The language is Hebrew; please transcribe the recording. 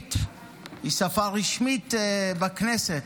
שאנגלית היא שפה רשמית בכנסת,